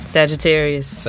Sagittarius